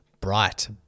bright